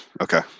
Okay